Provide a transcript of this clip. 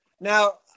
Now